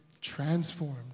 transformed